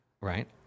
right